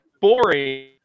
Boring